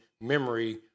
memory